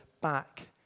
back